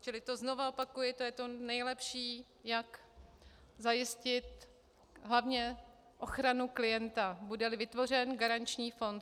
Čili to znova opakuji, to je to nejlepší, jak zajistit hlavně ochranu klienta, budeli vytvořen garanční fond.